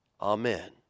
Amen